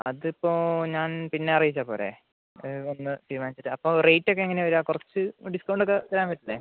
അത് ഇപ്പോൾ ഞാൻ പിന്നെ അറിയിച്ചാൽ പോരെ വന്ന് തീരുമാനിച്ചിട്ട് അപ്പം റേറ്റ് ഒക്കെ എങ്ങനെയാണ് വരാം കുറച്ച് ഡിസ്കൗണ്ട് ഒക്ക തരാൻ പറ്റില്ലെ